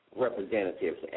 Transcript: representatives